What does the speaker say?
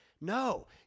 No